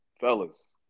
fellas